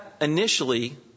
initially